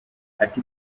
ati